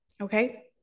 okay